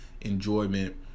enjoyment